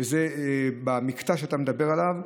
שזה במקטע שאתה מדבר עליו,